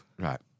Right